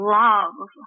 love